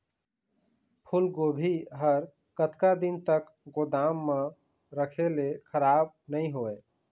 फूलगोभी हर कतका दिन तक गोदाम म रखे ले खराब नई होय?